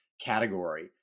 category